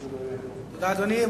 תודה, אדוני.